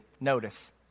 notice